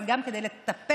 אבל גם כדי לטפל,